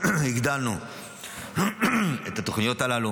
הגדלנו את התוכניות הללו,